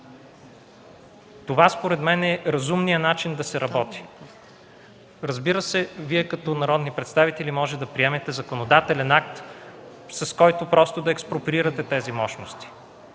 Според мен това е разумният начин да се работи. Разбира се, Вие като народни представители можете да приемете законодателен акт, с който просто да експроприирате тези мощности.